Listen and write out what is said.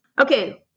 Okay